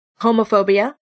homophobia